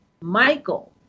Michael